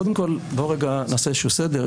קודם כול, בואו נעשה סדר.